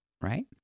Right